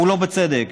ולא בצדק.